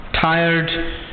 Tired